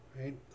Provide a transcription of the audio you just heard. right